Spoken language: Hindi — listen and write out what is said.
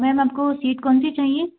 मैम आपको सीट कौन सी चाहिए